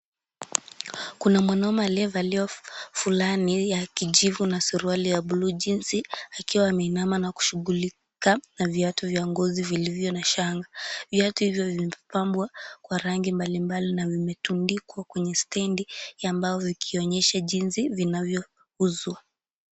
Kuna mwanaume aliyevalia vulani ya kijivu na suruali ya blue, jeans . Akiwa ameinama na kushughulika na viatu vya ngozi vilivyo na shanga. Viatu hivyo vimepambwa kwa rangi mbalimbali na vimetundikwa kwenye sitendi ya mbao vikionyesha jinsi vinavyo uzwa.